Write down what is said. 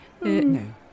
No